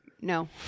no